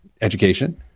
education